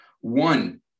One